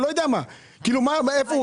יושב-ראש